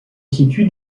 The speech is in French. situe